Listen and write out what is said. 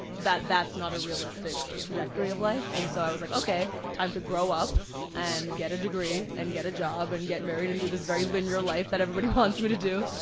that that's not a realistic trajectory of life and so i was like okay, time to grow up and get a degree and get a job and get married, and do this very linear life that everybody wants me to do.